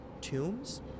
tombs